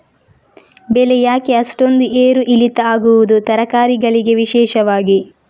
ಬೆಳೆ ಯಾಕೆ ಅಷ್ಟೊಂದು ಏರು ಇಳಿತ ಆಗುವುದು, ತರಕಾರಿ ಗಳಿಗೆ ವಿಶೇಷವಾಗಿ?